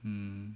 mm